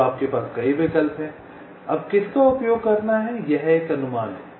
अब आपके पास कई विकल्प हैं अब किसका उपयोग करना है यह एक अनुमान है